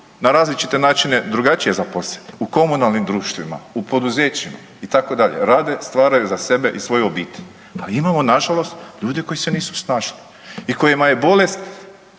na različite načine drugačije zaposleni u komunalnim društvima, u poduzećima itd., rade, stvaraju za sebe i svoju obitelj. A imamo nažalost ljude koji se nisu snašli i kojima je bolest